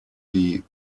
die